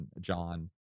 John